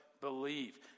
believe